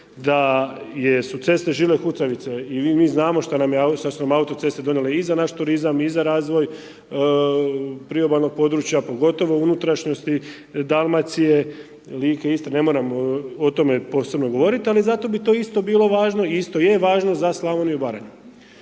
da su ceste žile kucavice i mi znamo što su nam autoceste donijele i za naš turizam i za razvoj priobalnog područja, pogotovo unutrašnjosti Dalmacije, Like, Istre, ne moram o tome posebno govoriti. Ali, zato bi to isto bilo važno i isto i je važno za Slavoniju i Baranju.